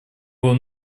был